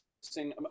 sing